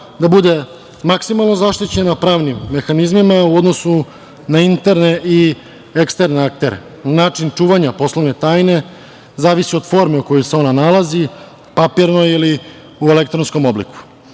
da bude maksimalno zaštićena pravnim mehanizmima u odnosu na interne i eksterne aktere. Način čuvanja poslovne tajne zavisi od forme u kojoj se ona nalazi, papirnoj ili u elektronskom obliku.